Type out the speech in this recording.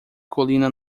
colina